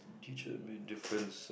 teach a main difference